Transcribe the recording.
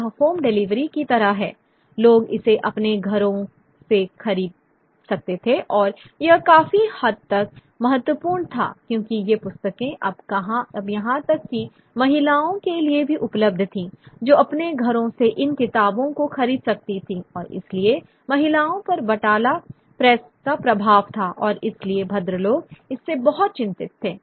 यह home delivery की तरह है लोग इसे अपने घरों से खरीद सकते थे और यह काफी हद तक महत्वपूर्ण था क्योंकि ये किताबें अब यहां तक कि महिलाओं के लिए भी उपलब्ध थीं जो अपने घरों से इन किताबों को खरीद सकती थीं और इसलिए महिलाओं पर बैटाला प्रेस का प्रभाव था और इसलिए भद्रलोक इससे बहुत चिंतित थे